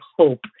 hope